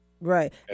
Right